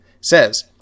says